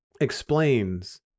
explains